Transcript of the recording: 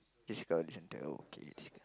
Discovery-Centre okay